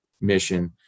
mission